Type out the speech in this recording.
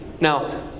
Now